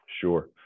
Sure